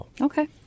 Okay